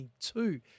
22